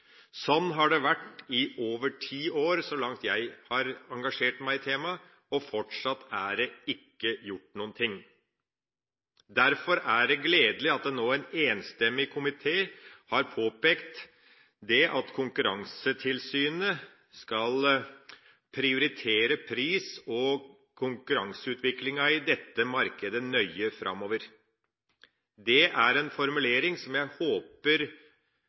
Sånn har det vært i over ti år, så langt jeg har engasjert meg i temaet, og fortsatt er det ikke gjort noe. Derfor er det gledelig at en enstemmig komité nå har påpekt at Konkurransetilsynet skal «prioritere å følge pris- og konkurranseutviklingen i dette markedet nøye framover». Det er en formulering som jeg håper